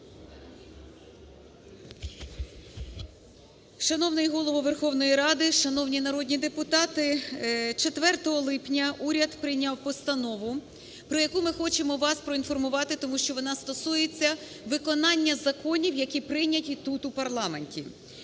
Шановний Голово Верховної Ради, шановні народні депутати! Четвертого липня уряд прийняв постанову, про яку ми хочемо вас проінформувати, тому що вона стосується виконання законів, які прийняті тут, у парламенті.